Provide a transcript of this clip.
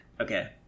Okay